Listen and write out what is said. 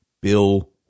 Bill